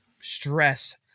stress